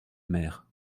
maires